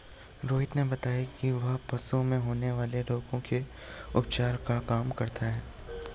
रोहन ने बताया कि वह पशुओं में होने वाले रोगों के उपचार का काम करता है